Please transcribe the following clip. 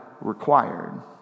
required